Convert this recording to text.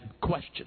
Question